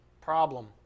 problem